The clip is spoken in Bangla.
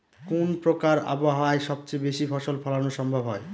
কোন প্রকার আবহাওয়ায় সবচেয়ে বেশি ফসল ফলানো সম্ভব হয়?